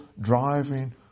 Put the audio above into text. driving